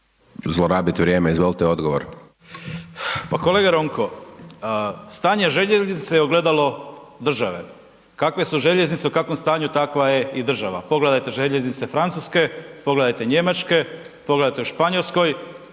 **Lenart, Željko (HSS)** Pa kolega Ronko, stanje željeznice je ogledalo države, kakve su željeznice u kakvom stanju, takva je i država. Pogledajte željeznice Francuske, pogledajte Njemačke, pogledajte u Španjolskoj